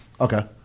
Okay